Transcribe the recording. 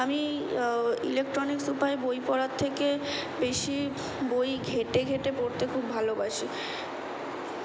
আমি ইলেকট্রনিক্স উপায়ে বই পড়ার থেকে বেশি বই ঘেঁটে ঘেঁটে পড়তে খুব ভালোবাসি